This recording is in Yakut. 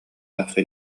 тахса